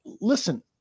listen